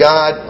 God